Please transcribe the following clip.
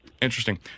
interesting